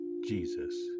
Jesus